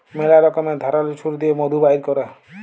ম্যালা রকমের ধারাল ছুরি দিঁয়ে মধু বাইর ক্যরে